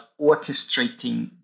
orchestrating